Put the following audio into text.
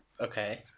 Okay